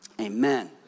Amen